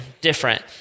different